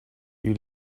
you